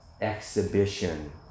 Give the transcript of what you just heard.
exhibition